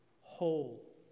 whole